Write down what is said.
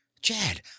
Chad